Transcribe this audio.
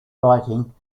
writing